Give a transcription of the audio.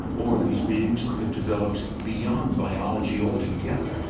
or these beings could've developed beyond biology altogether.